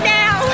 now